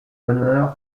honneur